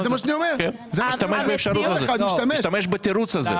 הוא ישתמש באפשרות הזאת, ישתמש בתירוץ הזה.